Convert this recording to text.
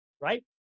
right